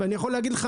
ואני יכול להגיד לך,